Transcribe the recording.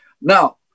Now